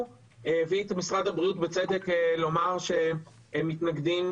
הביא את משרד הבריאות בצדק לומר שהם מתנגדים